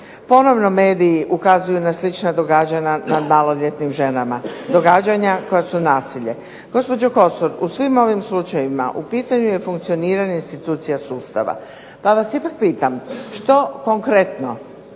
Ponovno mediji ukazuju na slična događanja nad maloljetnim ženama, događanja koja su nasilje. Gospođo Kosor, u svim ovim slučajevima u pitanju je funkcioniranje institucija sustava. Pa vas ipak pitam, što konkretno,